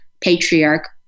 patriarch